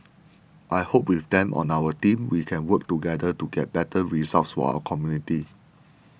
I hope with them on our team we can work together to get better results for our community